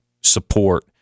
support